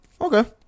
Okay